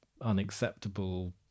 unacceptable